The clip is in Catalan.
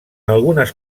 algunes